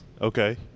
Okay